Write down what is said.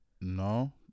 no